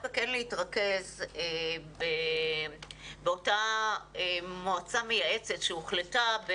ודווקא כן להתרכז באותה מועצה מייעצת שהוחלט בתשנ"ו.